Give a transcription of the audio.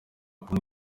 kubona